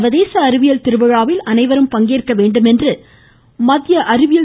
சர்வதேச அறிவியல் திருவிழாவில் அனைவரும் பங்கேற்க வேண்டும் என்று அறிவியல்